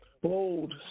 bold